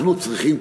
אנחנו צריכים,